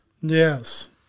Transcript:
Yes